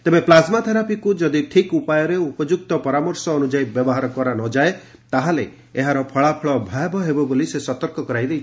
ତେବେ ପ୍ଲାଜମା ଥେରାପିକୁ ଯଦି ଠିକ୍ ଉପାୟରେ ଓ ଉପଯୁକ୍ତ ପରାମର୍ଶ ଅନୁଯାୟୀ ବ୍ୟବହାର କରାନଯାଏ ତାହେଲେ ଏହାର ଫଳାଫଳ ଭୟାବହ ହେବ ବୋଲି ସେ ସତର୍କ କରାଇ ଦେଇଛନ୍ତି